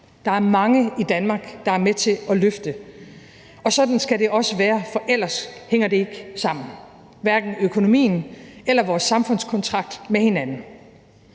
Der er mange i Danmark, der er med til at løfte. Og sådan skal det også være, for ellers hænger det ikke sammen – hverken økonomien eller vores samfundskontrakt med hinanden.